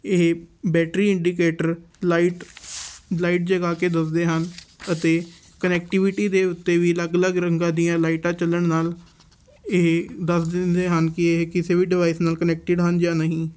ਇਹ battery indicator light light ਜਗਾ ਕੇ ਦੱਸਦੇ ਹਨ ਅਤੇ ਕਨੈਕਟੀਵਿਟੀ ਦੇ ਉੱਤੇ ਵੀ ਅਲੱਗ ਅਲੱਗ ਰੰਗਾਂ ਦੀਆਂ ਲਾਈਟਾਂ ਚੱਲਣ ਨਾਲ ਇਹ ਦੱਸ ਦਿੰਦੇ ਹਨ ਕਿ ਇਹ ਕਿਸੇ ਵੀ ਡਿਵਾਈਸ ਨਾਲ ਕਨੈਕਟਿਡ ਹਨ ਜਾਂ ਨਹੀਂ